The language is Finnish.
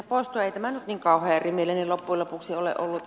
ei tämä nyt niin kauhean erimielinen loppujen lopuksi ole ollut